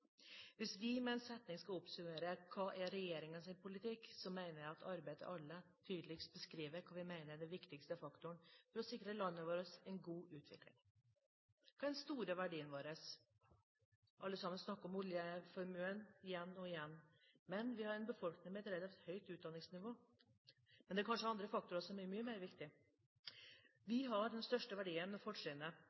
Hvis vi med én setning skal oppsummere hva som er regjeringens politikk, mener jeg at «arbeid til alle» tydeligst beskriver hva vi mener er den viktigste faktoren for å sikre landet vårt en god utvikling. Hva er den store verdien vår? Alle sammen snakker om oljeformuen igjen og igjen. Vi har en befolkning med et relativt høyt utdanningsnivå. Men det er kanskje andre faktorer som er mye viktigere. Den største verdien og fortrinnet